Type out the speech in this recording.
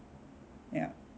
ya